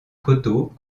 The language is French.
coteau